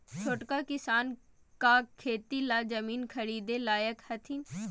छोटका किसान का खेती ला जमीन ख़रीदे लायक हथीन?